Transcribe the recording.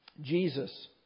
Jesus